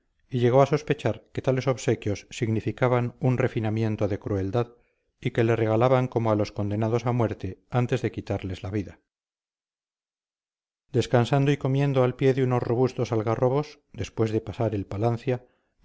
y llegó a sospechar que tales obsequios significaban un refinamiento de crueldad y que le regalaban como a los condenados a muerte antes de quitarles la vida descansando y comiendo al pie de unos robustos algarrobos después de pasar el palancia